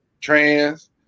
trans